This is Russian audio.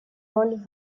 роль